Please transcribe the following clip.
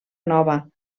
nova